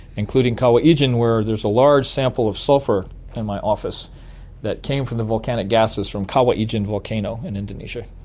including kawa ijen where there's a large sample of sulphur in my office that came from the volcanic gases from kawa ijen volcano in indonesia.